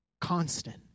Constant